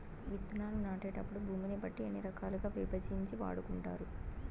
విత్తనాలు నాటేటప్పుడు భూమిని బట్టి ఎన్ని రకాలుగా విభజించి వాడుకుంటారు?